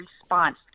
response